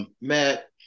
Matt